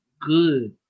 good